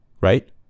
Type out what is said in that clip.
right